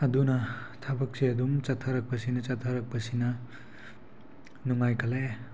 ꯑꯗꯨꯅ ꯊꯕꯛꯁꯦ ꯑꯗꯨꯝ ꯆꯠꯊꯔꯛꯄꯁꯤꯅ ꯆꯠꯊꯔꯛꯄꯁꯤꯅ ꯅꯨꯡꯉꯥꯏꯈꯠꯂꯛꯑꯦ